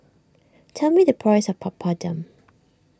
tell me the price of Papadum